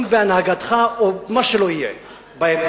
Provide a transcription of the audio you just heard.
אם בהנהגתך או מה שלא יהיה בעתיד.